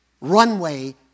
Runway